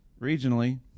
regionally